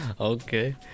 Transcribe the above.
okay